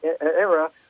era